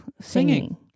Singing